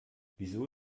wieso